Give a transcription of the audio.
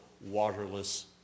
waterless